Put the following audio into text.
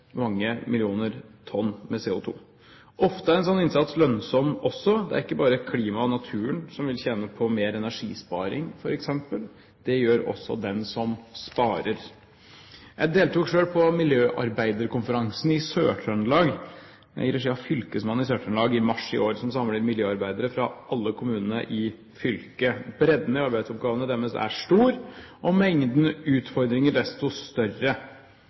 mange millioner tonn med CO2. Ofte er en sånn innsats også lønnsom. Det er ikke bare klima og natur som vil tjene på mer energisparing f.eks., det gjør også den som sparer. Jeg deltok selv på miljøarbeiderkonferansen i Sør-Trøndelag i regi av fylkesmannen i Sør-Trøndelag i mars i år, som samler miljøarbeidere fra alle kommunene i fylket. Bredden i arbeidsoppgavene deres er stor, og mengden utfordringer desto større.